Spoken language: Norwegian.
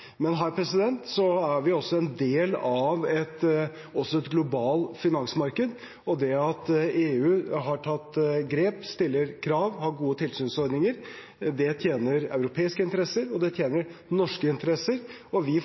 Men her er vi også en del av et globalt finansmarked, og det at EU har tatt grep, stiller krav og har gode tilsynsordninger, det tjener europeiske interesser, og det tjener norske interesser. Vi foretar våre selvstendige vurderinger, og vi